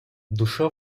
душа